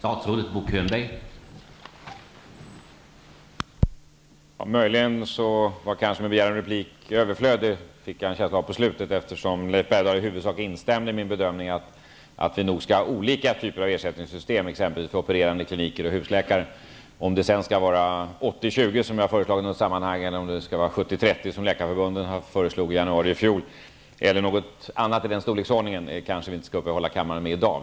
Herr talman! Under slutet av Leif Bergdahls inlägg fick jag en känsla av att min begäran om replik möjligen var överflödig, eftersom Leif Bergdahl i huvudsak instämde i min bedömning att vi nog skall ha olika typer av ersättningssystem, exempelvis för opererande kliniker och för husläkare. Om det sedan skall vara 80--20, som jag har föreslagit i något sammanhang, eller om det skall vara 70--30 som Läkarförbundet föreslog i januari i fjol eller en annan storleksordning kanske vi inte skall uppehålla kammaren med i dag.